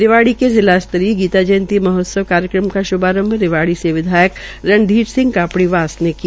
रिवाड़ी के जिला स्तरीय गीता जयंती महोत्सव कार्यक्रम का श्भारंभ रिवाड़ी से विधायक रणधीर सिंह कापड़ीवास ने किया